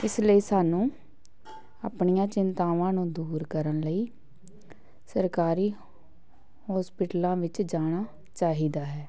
ਇਸ ਲਈ ਸਾਨੂੰ ਆਪਣੀਆਂ ਚਿੰਤਾਵਾਂ ਨੂੰ ਦੂਰ ਕਰਨ ਲਈ ਸਰਕਾਰੀ ਹੋਸਪਿਟਲਾਂ ਵਿੱਚ ਜਾਣਾ ਚਾਹੀਦਾ ਹੈ